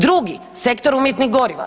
Drugi, sektor umjetnih goriva.